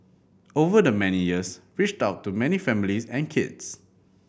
over the many years reached out to many families and kids